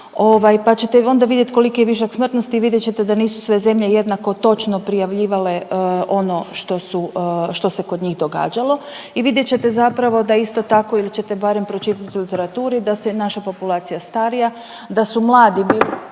pa ćete onda vidjet koliki je višak smrtnosti i vidjet ćete da nisu sve zemlje jednako točno prijavljivale ono što su, što se kod njih događalo i vidjet ćete zapravo da isto tako ili ćete barem pročitati u literaturi da se naša populacija starija, da su mladi bili